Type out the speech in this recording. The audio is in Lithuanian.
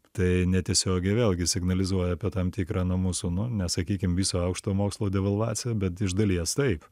tai netiesiogiai vėlgi signalizuoja apie tam tikrą nu mūsų nu nesakykim viso aukštojo mokslo devalvaciją bet iš dalies taip